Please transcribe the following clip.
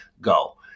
go